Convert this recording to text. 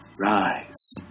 rise